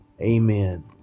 amen